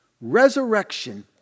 Resurrection